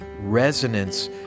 resonance